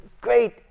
great